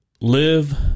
live